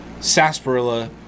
sarsaparilla